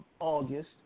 August